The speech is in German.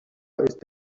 ist